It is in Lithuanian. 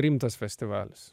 rimtas festivalis